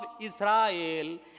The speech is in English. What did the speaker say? Israel